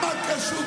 מה קשור?